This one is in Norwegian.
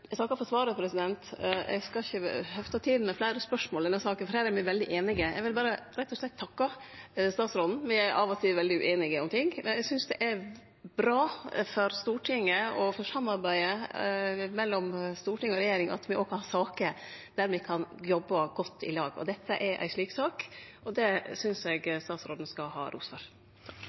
Eg takkar for svaret. Eg skal ikkje hefte salen med fleire spørsmål i denne saka, for her er me veldig einige. Eg vil berre rett og slett takke statsråden. Me er av og til veldig ueinige om ting, men eg synest det er bra for Stortinget og for samarbeidet mellom storting og regjering at me òg kan ha saker der me kan jobbe godt i lag. Dette er ei slik sak, og det synest eg statsråden skal ha